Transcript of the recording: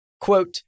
Quote